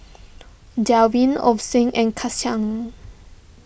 Derwin Ozie and Kecia